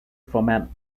format